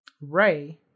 Ray